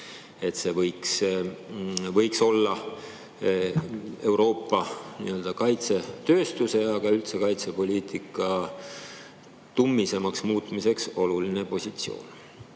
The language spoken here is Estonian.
et see võiks olla Euroopa kaitsetööstuse ja üldse kaitsepoliitika tummisemaks muutmiseks oluline positsioon. Praegu